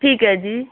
ਠੀਕ ਹੈ ਜੀ